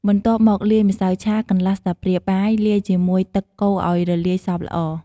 បន្ទាប់មកលាយម្សៅឆាកន្លះស្លាបព្រាបាយលាយជាមួយទឹកកូរអោយរលាយសព្វល្អ។